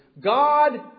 God